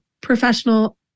professional